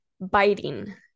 biting